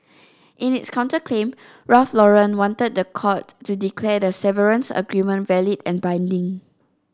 in its counterclaim Ralph Lauren want the court to declare the severance agreement valid and binding